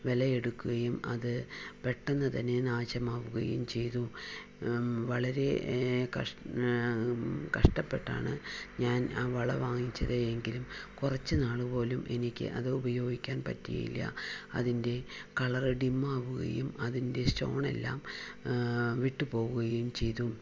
വിലയെടുക്കുകയും അത് പെട്ടെന്ന് തന്നെ നാശമാവുകയും ചെയ്തു വളരെ കഷ് കഷ്ടപ്പെട്ടാണ് ഞാൻ ആ വള വാങ്ങിച്ചത് എങ്കിലും കുറച്ച് നാളുപോലും എനിക്ക് അത് ഉപയോഗിക്കാൻ പറ്റിയില്ല അതിൻ്റെ കളറ് ഡിമ്മാവുകയും അതിൻ്റെ സ്റ്റോണെല്ലാം വിട്ടുപോവുകയും ചെയ്തു